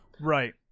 Right